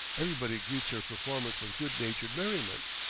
everybody greets her performance with good-natured merriment.